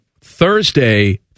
Thursday